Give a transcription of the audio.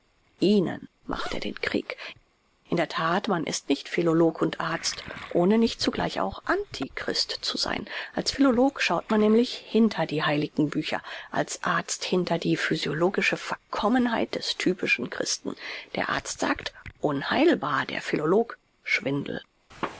ihnen macht er den krieg in der that man ist nicht philolog und arzt ohne nicht zugleich auch antichrist zu sein als philolog schaut man nämlich hinter die heiligen bücher als arzt hinter die physiologische verkommenheit des typischen christen der arzt sagt unheilbar der philolog schwindel